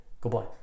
Goodbye